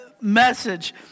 message